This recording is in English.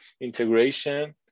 integration